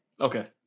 Okay